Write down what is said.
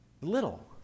Little